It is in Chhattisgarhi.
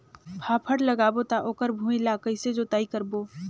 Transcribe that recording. फाफण लगाबो ता ओकर भुईं ला कइसे जोताई करबो?